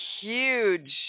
huge